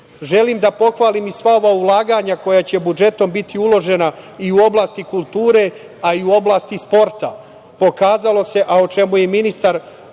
da pohvalim i sva ova ulaganja koja će budžetom biti uložena i u oblasti kulture, a i u oblasti sporta. Pokazalo se, a o čemu je ministar